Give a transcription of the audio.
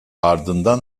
ardından